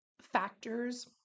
factors